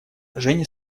жене